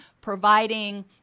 providing